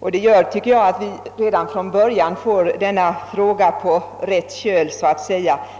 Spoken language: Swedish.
Detta gör att vi redan från början får denna fråga så att säga på rätt köl.